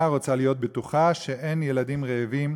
רוצה להיות בטוחה שאין ילדים רעבים.